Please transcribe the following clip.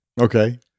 Okay